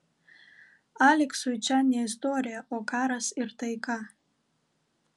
aleksui čia ne istorija o karas ir taika